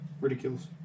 ridiculous